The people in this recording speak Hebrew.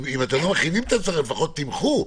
אם אתם לא מכינים את עצמכם לפחות תמחו.